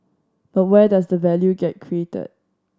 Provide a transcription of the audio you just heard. but where does the value get created